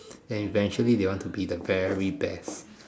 then eventually they will want to be the very best